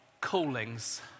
callings